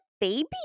baby